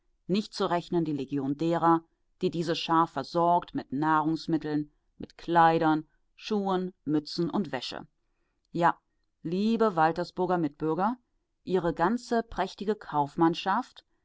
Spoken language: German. nicht zu rechnen die legion derer die diese schar versorgt mit nahrungsmitteln mit kleidern schuhen mützen und wäsche ja liebe waltersburger mitbürger ihre ganze prächtige kaufmannschaft